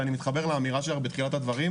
ואני מתחבר לאמירה שלך בתחילת הדברים.